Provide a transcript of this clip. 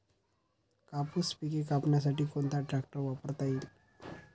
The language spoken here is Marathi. कापूस पिके कापण्यासाठी कोणता ट्रॅक्टर वापरता येईल?